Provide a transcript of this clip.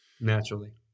naturally